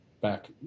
back